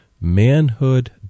manhood